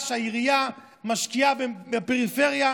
אני יודע שהעירייה משקיעה בפריפריה,